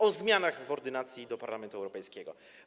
O zmianach w ordynacji do Parlamentu Europejskiego.